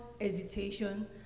hesitation